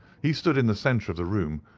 he stood in the centre of the room,